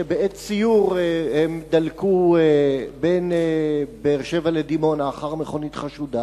שבעת סיור הם דלקו בין באר-שבע לדימונה אחר מכונית חשודה.